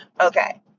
Okay